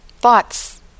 thoughts